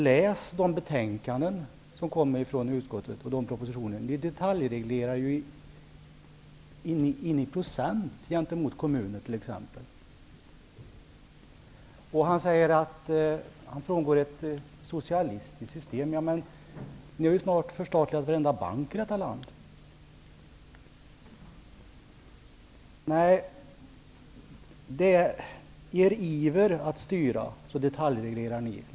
Läs de betänkanden som kommer från utskottet, och läs propositionerna! Ni detaljreglerar i procent gentemot t.ex. kommuner. Per Unckel säger att regeringen går ifrån ett socialistiskt system. Ni har ju snart förstatligat varenda bank i detta land! I er iver att styra detaljreglerar ni.